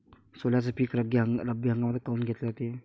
सोल्याचं पीक रब्बी हंगामातच काऊन घेतलं जाते?